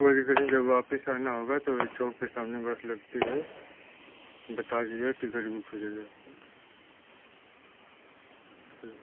कोई भी करें जब वापस आना होगा तो वहीं चौक के सामने बस लगती है बता दीजिएगा टिकट बुक हो जाएगा आपका ठीक